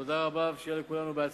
תודה רבה, ושיהיה לכולנו בהצלחה.